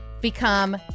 become